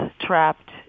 trapped